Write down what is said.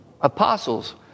Apostles